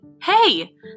Hey